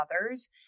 others